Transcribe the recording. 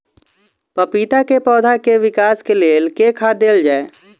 पपीता केँ पौधा केँ विकास केँ लेल केँ खाद देल जाए?